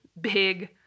big